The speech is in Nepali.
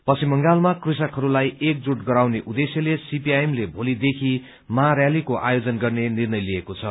पश्चिम बंगालमा कृषकहरूलाई एकजूट गराउने उद्देश्यले सीपीआइएमले भोलीदेखि महारैलीको आयोजन गर्ने निर्णय लिएको छ